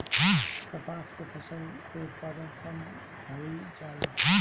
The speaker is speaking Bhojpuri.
कपास के फसल के उत्पादन कम होइ जाला?